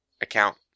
account